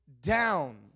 down